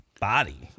body